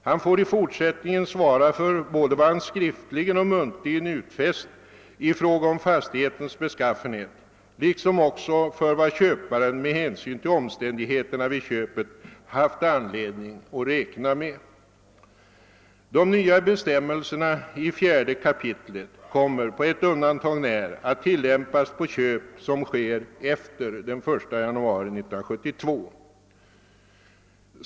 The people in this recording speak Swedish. Han får i fortsättningen svara för både vad han skriftligen och vad han muntligen har utfäst i fråga om fastighetens beskaffenhet liksom också för vad köparen med hänsyn till omständigheterna vid köpet haft anledning att räkna med. De nya bestämmelserna i 4 kap. kommer på ett undantag när att tillämpas på köp som sker efter den 1 januari 1972.